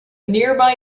nearby